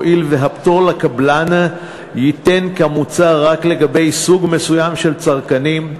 הואיל והפטור לקבלן יינתן כמוצע רק לגבי סוג מסוים של צרכנים,